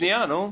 שנייה, נו.